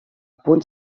punt